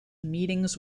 meetings